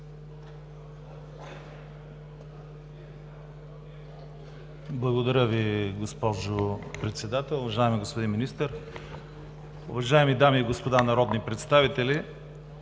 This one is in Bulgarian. Благодаря Ви, госпожо Председател. Уважаеми господин Министър, уважаеми дами и господа народни представители!